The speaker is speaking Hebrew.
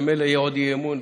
ממילא יהיה עוד אי-אמון,